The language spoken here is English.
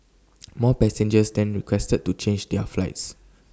more passengers then requested to change their flights